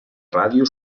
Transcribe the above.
ràdio